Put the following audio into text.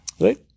Right